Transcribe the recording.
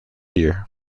year